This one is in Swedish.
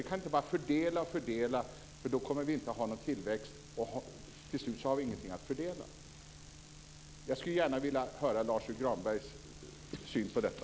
Vi kan inte bara fördela och fördela utan att ha någon tillväxt. Till slut har vi ingenting att fördela. Jag skulle gärna vilja höra Lars U Granbergs syn på detta.